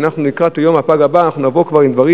ולקראת יום הפג הבא אנחנו נבוא עם דברים